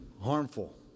harmful